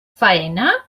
faena